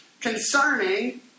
concerning